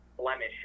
blemish